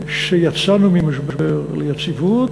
שיצאנו ממשבר ליציבות.